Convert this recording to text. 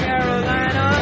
Carolina